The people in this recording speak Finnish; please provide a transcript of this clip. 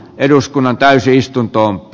eduskunnan täysistuntoon j